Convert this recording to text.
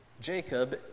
Jacob